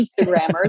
Instagrammers